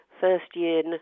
first-year